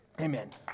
amen